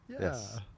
Yes